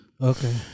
Okay